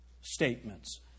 statements